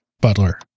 Butler